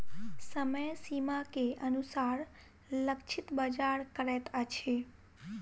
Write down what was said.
समय सीमा के अनुसार लक्षित बाजार करैत अछि